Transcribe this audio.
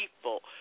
people